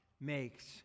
makes